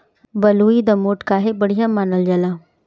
बलुई दोमट काहे बढ़िया मानल जाला?